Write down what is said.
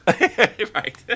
Right